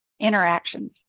interactions